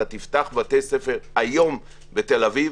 אם נפתח בתי ספר בתל אביב היום,